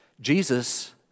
Jesus